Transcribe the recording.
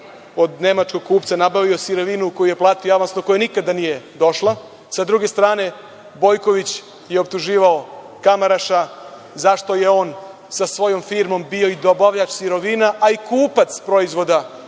od nemačkog kupca nabavio sirovinu koju je platio, a koja nikada nije došla. Sa druge strane, Bojković je optuživao Kamaraša zašto je on sa svojom firmom bio i dobavljač sirovina, a i kupac proizvoda